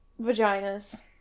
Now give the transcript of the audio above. Vaginas